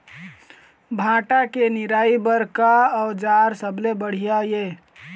भांटा के निराई बर का औजार सबले बढ़िया ये?